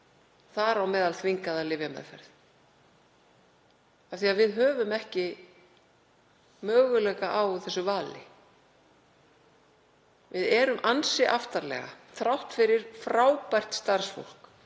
þar á meðal þvingaða lyfjameðferð, af því að við höfum ekki möguleika á þessu vali. Við erum ansi aftarlega. Þrátt fyrir frábært starfsfólk,